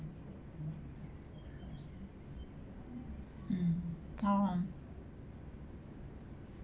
mm oh